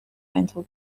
rental